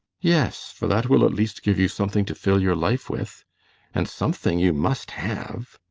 yes. for that will at least give you something to fill your life with and something you must have.